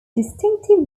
distinctive